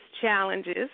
challenges